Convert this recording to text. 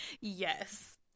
Yes